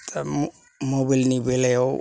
दा मबेल नि बेलायाव